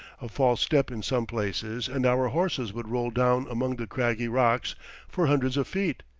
a false step in some places, and our horses would roll down among the craggy rocks for hundreds of feet.